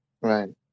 Right